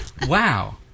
Wow